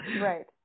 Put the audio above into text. Right